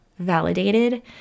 validated